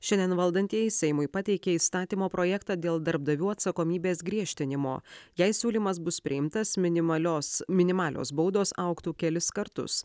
šiandien valdantieji seimui pateikė įstatymo projektą dėl darbdavių atsakomybės griežtinimo jei siūlymas bus priimtas minimalios minimalios baudos augtų kelis kartus